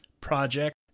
Project